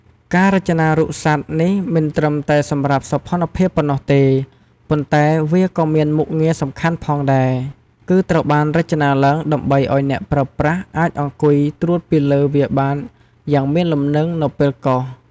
ការរចនារូបសត្វនេះមិនត្រឹមតែសម្រាប់សោភ័ណភាពប៉ុណ្ណោះទេ ប៉ុន្តែវាក៏មានមុខងារសំខាន់ផងដែរ គឺត្រូវបានរចនាឡើងដើម្បីឲ្យអ្នកប្រើប្រាស់អាចអង្គុយត្រួតពីលើវាបានយ៉ាងមានលំនឹងនៅពេលកោស។